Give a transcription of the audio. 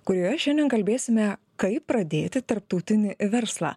kurioje šiandien kalbėsime kaip pradėti tarptautinį verslą